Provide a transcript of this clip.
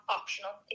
optional